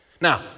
Now